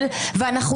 אנחנו לא נקבל,